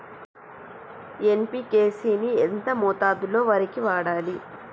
NPK ని ఎంత మోతాదులో వరికి వాడాలి?